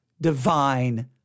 divine